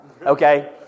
Okay